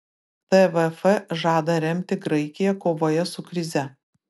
tvf žada remti graikiją kovoje su krize